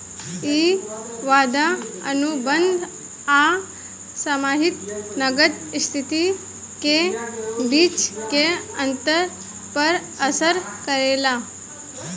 इ वादा अनुबंध आ समाहित नगद स्थिति के बीच के अंतर पर असर करेला